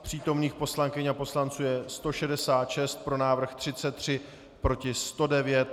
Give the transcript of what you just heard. Přítomných poslankyň a poslanců je 166, pro návrh 33, proti 109.